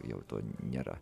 jau to nėra